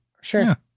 Sure